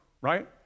right